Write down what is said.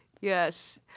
Yes